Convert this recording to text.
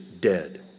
dead